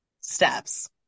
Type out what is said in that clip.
steps